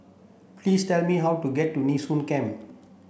please tell me how to get to Nee Soon Camp